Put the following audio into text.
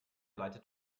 leitet